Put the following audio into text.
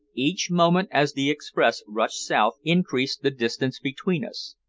each moment as the express rushed south increased the distance between us,